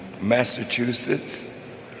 Massachusetts